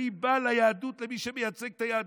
אני בא ליהדות, למי שמייצג את היהדות.